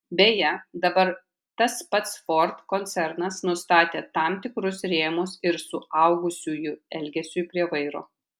beje dabar tas pats ford koncernas nustatė tam tikrus rėmus ir suaugusiųjų elgesiui prie vairo